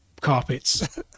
carpets